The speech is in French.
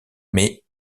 mais